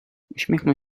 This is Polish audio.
uśmiechnął